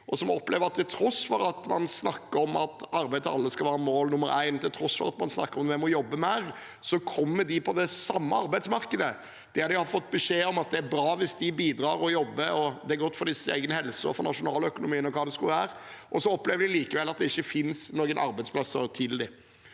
De opplever at til tross for at man snakker om at arbeid til alle skal være mål nummer én, til tross for at man snakker om at vi må jobbe mer, så kommer de på det samme arbeidsmarkedet der de har fått beskjed om at det er bra hvis de bidrar og jobber, det er godt for deres egen helse og for nasjonaløkonomien og hva det skulle være, og så finnes det likevel ikke noen arbeidsplasser til dem.